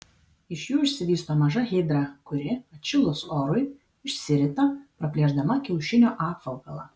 iš jų išsivysto maža hidra kuri atšilus orui išsirita praplėšdama kiaušinio apvalkalą